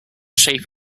shape